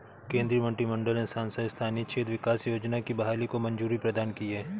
केन्द्रीय मंत्रिमंडल ने सांसद स्थानीय क्षेत्र विकास योजना की बहाली को मंज़ूरी प्रदान की है